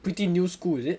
pretty new school is it